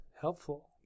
helpful